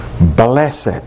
blessed